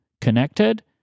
connected